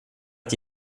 att